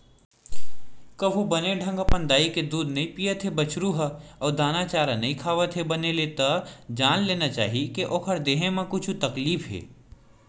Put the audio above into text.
कभू बने ढंग अपन दाई के दूद नइ पियत हे बछरु ह अउ दाना चारा नइ खावत हे बने ले त जान लेना चाही के ओखर देहे म कुछु तकलीफ हे